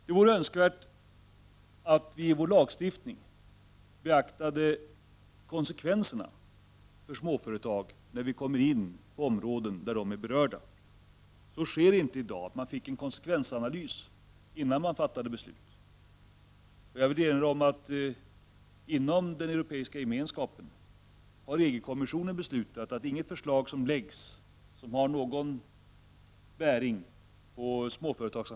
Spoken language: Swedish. Det vore önskvärt att i vår lagstiftning beakta konsekvenserna för småföretag när det blir fråga om områden där de är berörda. Man borde få en konsekvensanalys innan man fattar beslut, men så sker inte i dag. Jag vill erinra om att inom den Europeiska gemenskapen har EG-kommissionen be slutat att till ministerrådet inte lägga fram något förslag som har anknytning «Prot.